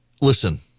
Listen